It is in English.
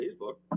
Facebook